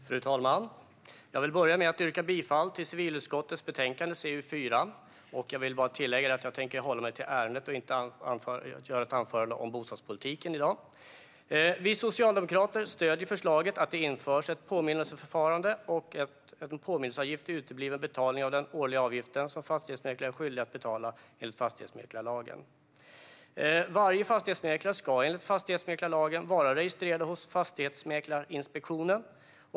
Fru talman! Jag vill börja med att yrka bifall till förslaget i civilutskottets betänkande CU4. Jag vill tillägga att jag tänker hålla mig till ärendet och inte hålla ett anförande om bostadspolitiken i dag. Vi socialdemokrater stöder förslaget att det införs ett påminnelseförfarande och en påminnelseavgift vid utebliven betalning av den årliga avgiften som fastighetsmäklare är skyldiga att betala enligt fastighetsmäklarlagen. Varje fastighetsmäklare ska enligt fastighetsmäklarlagen vara registrerad hos Fastighetsmäklarinspektionen.